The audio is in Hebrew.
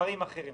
דברים אחרים.